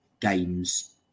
games